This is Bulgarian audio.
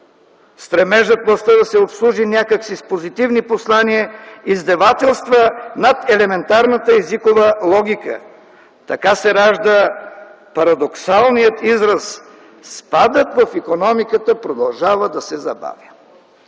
Стремежът властта да се обслужи някак си с позитивни послания издевателства над елементарната езикова логика! Така се ражда парадоксалният израз „спадът в икономиката продължава да се забавя”,